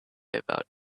about